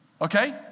okay